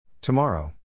Tomorrow